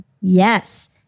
yes